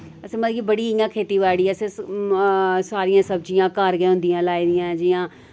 असें मतलब की बड़ी इ'यां खेती बाड़ी अस सारियां सब्जियां घर गै होन्दियां लाए दियां जि'यां